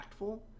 impactful